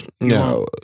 No